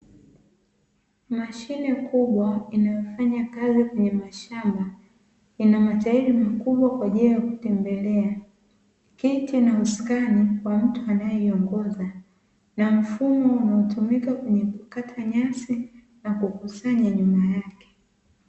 Mashine kubwa inayofanya kazi kwenye mashamba, ina matairi makubwa kwa ajili ya kutembelea, kiti, na usukani kwa mtu anayeiongoza, na mfumo unaotumika kwenye kukata nyasi na kukusanya nyuma yake.